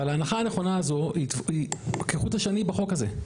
אבל ההנחה הנכונה הזו היא כחוט השני בחוק הזה.